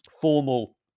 formal